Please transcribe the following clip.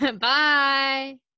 Bye